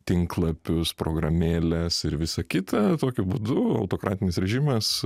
tinklapius programėles ir visa kita tokiu būdu autokratinis režimas